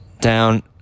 Down